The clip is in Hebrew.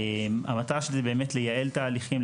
המטרה של זה באמת לייעל תהליכים,